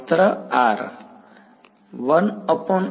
વિદ્યાર્થી માત્ર r